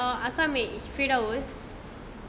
kalau aku ambil firdaus